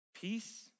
peace